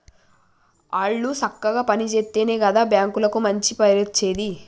ఆళ్లు సక్కగ పని జేత్తెనే గదా బాంకులకు మంచి పేరచ్చేది